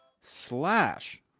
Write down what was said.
Slash